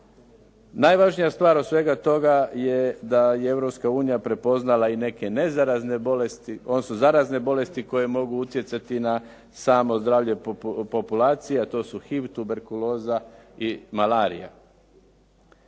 Najvažnija stvar od svega toga je da je Europska unija prepoznala i neke nezarazne bolesti, odnosno zarazne bolesti koje mogu utjecati na samo zdravlje populacije, a to su HIV, tuberkuloza i malarija.